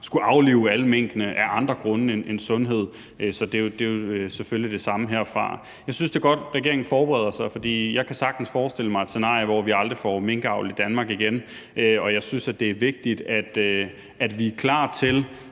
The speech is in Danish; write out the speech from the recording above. skulle aflive alle minkene af andre grunde end sundhed. Så det er jo selvfølgelig det samme herfra. Jeg synes, det er godt, at regeringen forbereder sig, fordi jeg sagtens kan forestille mig et scenarie, hvor vi aldrig får minkavl i Danmark igen, og hvis vi skal give